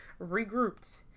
regrouped